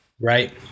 Right